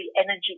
energy